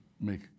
make